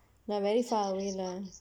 like very far away lah